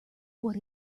what